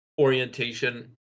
orientation